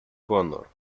honour